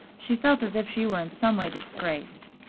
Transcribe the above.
she felt as if she were in some way disgraced.